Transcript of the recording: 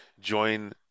join